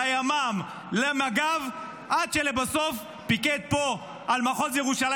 לימ"מ, למג"ב, עד שלבסוף פיקד פה על מחוז ירושלים.